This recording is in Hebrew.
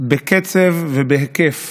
בקצב ובהיקף